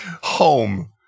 Home